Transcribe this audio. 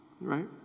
right